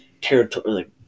territory